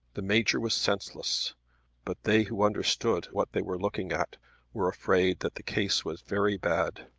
the major was senseless but they who understood what they were looking at were afraid that the case was very bad.